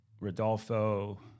Rodolfo